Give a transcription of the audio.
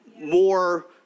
more